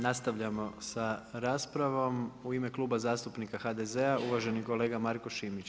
Nastavljamo sa raspravom, u ime Kluba zastupnika HDZ-a uvaženi kolega Marko Šimić.